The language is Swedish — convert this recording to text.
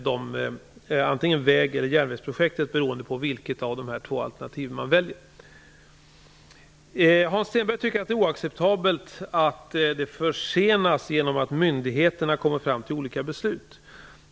Det blir antingen väg eller järnvägsprojektet, beroende på vilket av dessa två alternativ som väljs. Hans Stenberg tycker att det är oacceptabelt att detta arbete försenas genom att myndigheterna kommer fram till olika beslut.